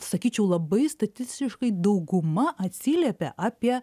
sakyčiau labai statistiškai dauguma atsiliepia apie